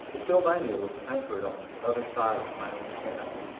the sylvania was anchored on the other side of the main channel,